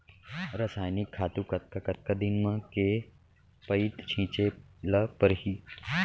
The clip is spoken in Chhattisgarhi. रसायनिक खातू कतका कतका दिन म, के पइत छिंचे ल परहि?